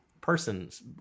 persons